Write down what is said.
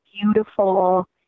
beautiful